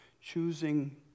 choosing